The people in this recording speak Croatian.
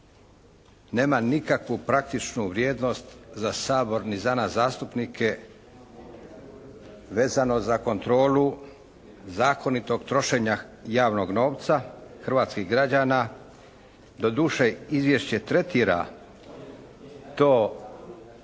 nema nikakvu praktičnu vrijednost za Sabor ni za nas zastupnike vezano za kontrolu zakonitog trošenja javnog novca hrvatskih građana. Doduše, izvješće tretira to što